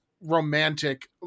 Romantic